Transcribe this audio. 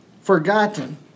forgotten